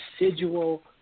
residual